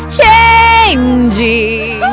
changing